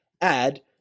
add